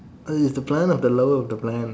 uh is the plan or the love of the plan